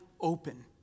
open